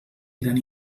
gran